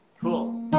cool